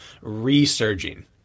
resurging